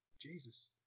Jesus